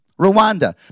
Rwanda